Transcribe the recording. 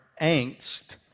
angst